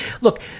Look